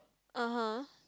(uh huh)